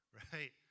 right